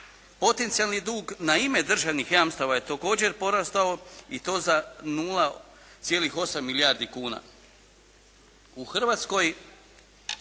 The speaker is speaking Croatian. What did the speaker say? Potencijalni dug na ime državnih jamstava je također porastao i to za 0,8 milijardi kuna.